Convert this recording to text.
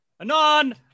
anon